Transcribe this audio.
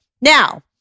Now